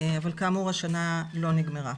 אבל כאמור השנה לא נגמרה.